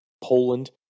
Poland